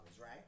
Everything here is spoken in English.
right